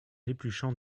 épluchant